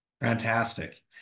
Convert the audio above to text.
Fantastic